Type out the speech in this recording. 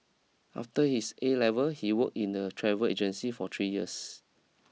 after his A level he work in a travel agency for three years